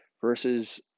versus